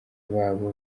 babo